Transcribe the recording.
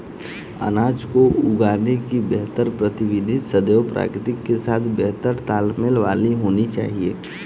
अनाज को उगाने की बेहतर प्रविधि सदैव प्रकृति के साथ बेहतर तालमेल वाली होनी चाहिए